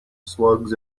slugs